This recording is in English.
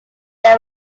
they